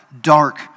dark